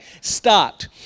Start